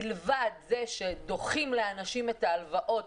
מלבד זה שדוחים לאנשים את ההלוואות,